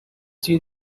see